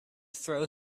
throw